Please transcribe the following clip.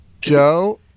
Joe